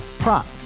Prop